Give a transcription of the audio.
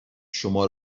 شما